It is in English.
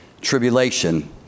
Tribulation